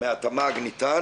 ותוותר על המצגת,